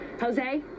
Jose